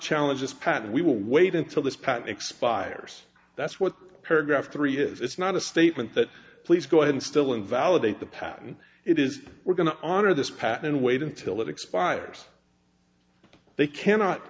challenge this patent we will wait until this patent expires that's what paragraph three is it's not a statement that please go ahead and still invalidate the patent it is we're going to honor this pattern and wait until it expires they cannot